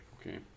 Okay